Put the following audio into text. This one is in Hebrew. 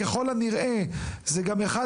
ככל הנראה זה גם אחד